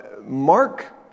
Mark